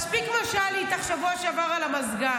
מספיק מה שהיה לי איתך בשבוע שעבר על המזגן.